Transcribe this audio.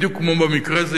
בדיוק כמו במקרה הזה.